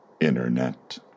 Internet